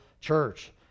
church